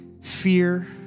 fear